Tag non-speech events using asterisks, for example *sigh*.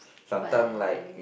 but *noise*